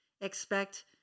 expect